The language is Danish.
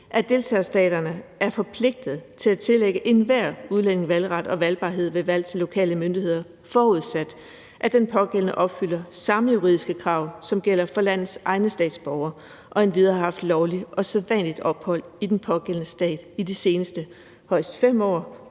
at deltagerstaterne er forpligtet til at tillægge enhver udlænding valgret og valgbarhed ved valg til lokale myndigheder, forudsat at den pågældende opfylder samme juridiske krav, som gælder for landets egne statsborgere, og endvidere har haft lovligt og sædvanligt ophold i den pågældende stat i de seneste højst 5 år